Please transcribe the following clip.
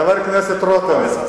חבר הכנסת רותם,